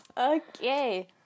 Okay